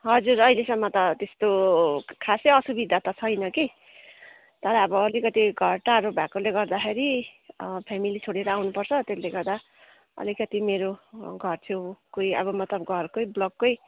हजुर अहिलेसम्म त त्यस्तो खासै असुविधा त छैन कि तर अब अलिकति घर टाढो भएकोले गर्दाखेरि फ्यामिली छोडेर आउनुपर्छ त्यसले गर्दा अलिकति मेरो घरछेउ कोही अब मतलब घरकै ब्लककै